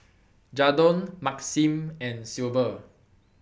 Jadon Maxim and Silver